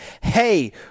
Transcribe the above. Hey